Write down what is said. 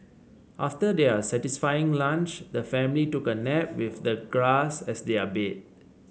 after their satisfying lunch the family took a nap with the grass as their bed